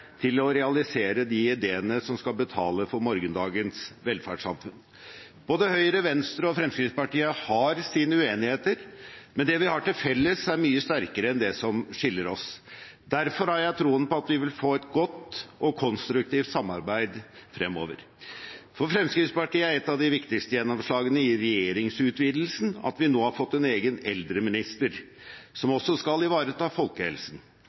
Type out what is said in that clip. til å realisere de ideene som skal betale for morgendagens velferdssamfunn. Både Høyre, Venstre og Fremskrittspartiet har sine uenigheter, men det vi har til felles, er mye sterkere enn det som skiller oss. Derfor har jeg troen på at vi vil få et godt og konstruktivt samarbeid fremover. For Fremskrittspartiet er et av de viktigste gjennomslagene i regjeringsutvidelsen at vi nå har fått en egen eldreminister, som også skal ivareta folkehelsen.